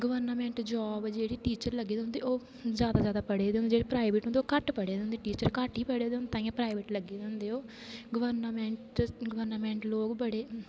government job ऐ जेहड़ी teacher लग्गे दे होंदे ओह् ज्यादा ज्यादा पढे़ दे होंदे जेहडे़ प्राइवेट होंदे ओह् घट्ट पढे़ दे होंदे टीचर घट्ट ही पढे़ दे होंदे ताहियां प्राइवेट लग्गे दे होंदे ओह् गवर्नामैंट लोग